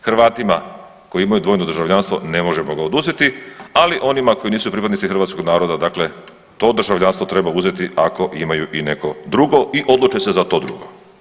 Hrvatima koji imaju dvojno državljanstvo ne možemo ga oduzeti, ali onima koji nisu pripadnici hrvatskog naroda, dakle to državljanstvo treba uzeti ako imaju i neko drugo i odluče se za to drugo.